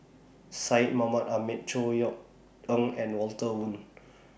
Syed Mohamed Ahmed Chor Yeok Eng and Walter Woon